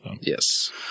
Yes